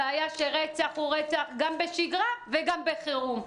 הבעיה היא שרצח הוא רצח גם בשגרה וגם בחירום.